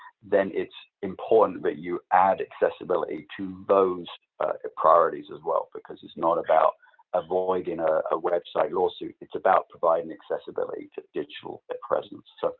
then it's important that you add accessibility to those ah priorities as well. because it's not about avoiding a website lawsuit. it's about providing accessibility to digital presence. so